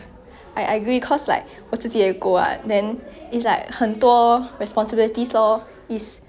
like have to bath then have to pick up the poo have to clean the urine all that